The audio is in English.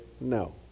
no